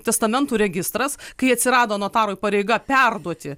testamentų registras kai atsirado notarui pareiga perduoti